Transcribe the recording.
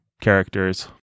characters